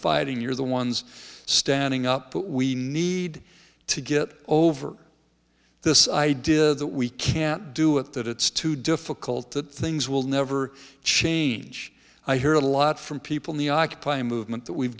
fighting you're the ones standing up but we need to get over this idea that we can't do it that it's too difficult that things will never change i hear a lot from people in the occupy movement that we've